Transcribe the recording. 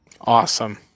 Awesome